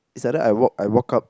it's either I walk I walk up